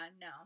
no